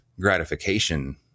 Gratification